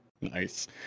nice